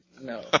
No